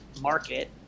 market